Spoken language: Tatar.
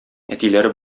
әтиләре